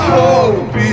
hope